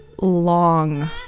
long